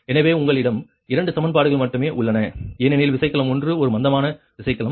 எனவே உங்களிடம் இரண்டு சமன்பாடுகள் மட்டுமே உள்ளன ஏனெனில் விசைக்கலம் 1 ஒரு மந்தமான விசைக்கலம்